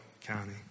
County